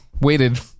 waited